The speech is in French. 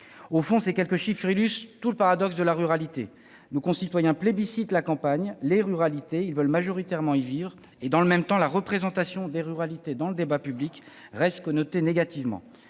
Au fond, ces quelques chiffres illustrent tout le paradoxe de la ruralité. Nos concitoyens plébiscitent la campagne, les ruralités, ils veulent majoritairement y vivre, et, dans le même temps, la représentation des ruralités dans le débat public reste connotée négativement